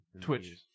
Twitch